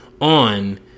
on